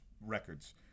records